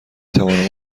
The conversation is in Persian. توانم